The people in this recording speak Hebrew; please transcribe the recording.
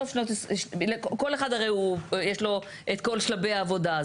לכל אחד יש את כל שלבי העבודה.